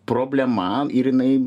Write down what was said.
problema ir jinai